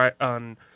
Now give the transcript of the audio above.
on